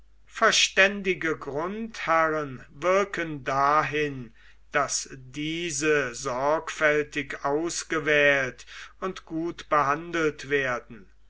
verständige grundherren wirken dahin daß diese sorgfältig ausgewählt und gut behandelt werden